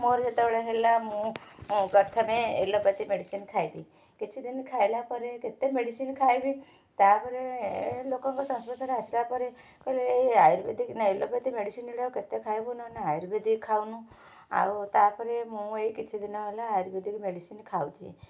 ମୋର ଯେତେବେଳେ ହେଲା ମୁଁ ପ୍ରଥମେ ଏଲୋପାଥି ମେଡ଼ିସିନ ଖାଇଲି କିଛିଦିନ ଖାଇଲା ପରେ କେତେ ମେଡ଼ିସିନ ଖାଇବି ତା'ପରେ ଲୋକଙ୍କ ସଂସ୍ପର୍ଶରେ ଆସିଲା ପରେ କହିଲେ ଆୟୁର୍ବେଦିକ ନା ଏଲୋପାଥିକ ମେଡ଼ିସିନ ଗୁଡ଼ାକ କେତେ ଖାଇବୁ ନହେଲେ ଆୟୁର୍ବେଦିକ ଖାଉନୁ ଆଉ ତା'ପରେ ମୁଁ ଏଇ କିଛିଦିନ ହେଲା ଆୟୁର୍ବେଦିକ ମେଡ଼ିସିନ ଖାଉଛି